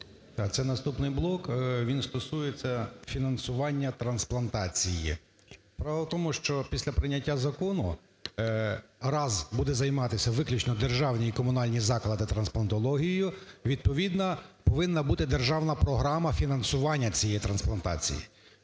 це наступний блок, він стосується фінансування трансплантації. Справа в тому, що після прийняття закону, раз будуть займатися виключно державні і комунальні заклади трансплантологією, відповідно повинна бути державна програма фінансування цієї трансплантації,